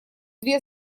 две